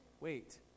Wait